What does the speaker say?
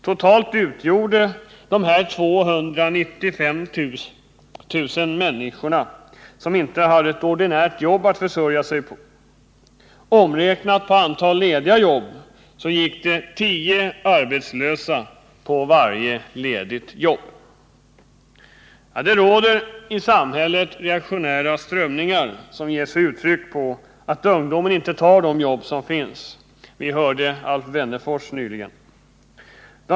Totalt utgjorde dessa grupper 295 000 människor som inte hade ett ordinärt jobb att försörja sig på. Omräknat i förhållande till antalet lediga jobb gick det 10 arbetslösa på varje ledigt jobb. Det råder i samhället reaktionära strömningar, som går ut på att ungdomen inte tar de jobb som finns. Vi hörde nyss Alf Wennerfors tala om det.